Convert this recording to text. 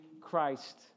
Christ